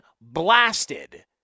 blasted